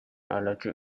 allergic